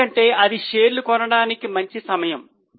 ఎందుకంటే అది షేర్లు కొనడానికి మంచి సమయము